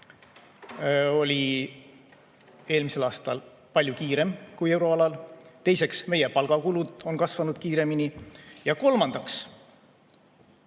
eelmisel aastal palju kiirem kui mujal euroalal. Teiseks, meie palgakulud on kasvanud kiiremini. Ja kolmandaks,